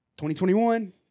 2021